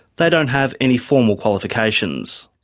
they don't have any formal qualifications.